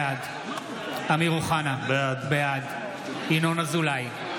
בעד אמיר אוחנה, בעד ינון אזולאי,